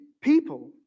people